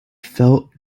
felt